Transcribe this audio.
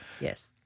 Yes